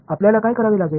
आपल्याला काय करावे लागेल